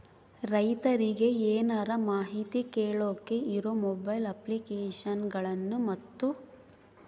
ರೈತರಿಗೆ ಏನರ ಮಾಹಿತಿ ಕೇಳೋಕೆ ಇರೋ ಮೊಬೈಲ್ ಅಪ್ಲಿಕೇಶನ್ ಗಳನ್ನು ಮತ್ತು?